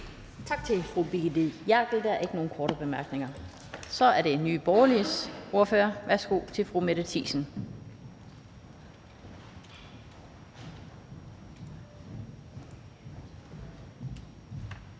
Klintskov Jerkel. Der er ikke nogen korte bemærkninger. Så er det Nye Borgerliges ordfører. Værsgo til fru Mette Thiesen.